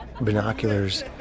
binoculars